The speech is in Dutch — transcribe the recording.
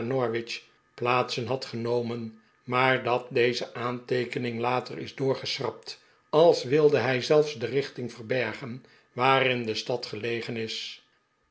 plaatsen had genomen maar dat deze aanteekening later is doorgeschrapt als wilde hij zelfs de richting verbergen waarin de stad gelegen is